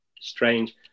strange